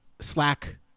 slack